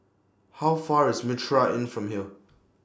How Far IS Mitraa Inn from here